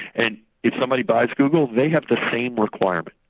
and if somebody buys google, they have the same requirement.